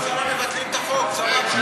הוא מסכים לבטל את החוק שלו.